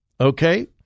okay